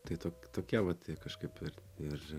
tai tu tokia vat kažkaip ir ir